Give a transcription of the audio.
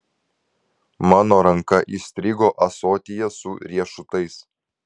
mano ranka įstrigo ąsotyje su riešutais